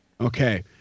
Okay